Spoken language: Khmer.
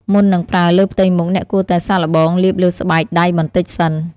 មុននឹងប្រើលើផ្ទៃមុខ អ្នកគួរតែសាកល្បងលាបលើស្បែកដៃបន្តិចសិន។